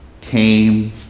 came